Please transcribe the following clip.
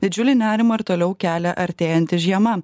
didžiulį nerimą ir toliau kelia artėjanti žiema